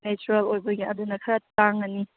natural ꯑꯣꯏꯕꯒꯤ ꯑꯗꯨꯅ ꯈꯔ ꯇꯥꯡꯉꯅꯤ